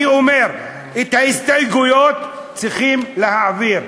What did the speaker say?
אני אומר: את ההסתייגויות צריכים להעביר,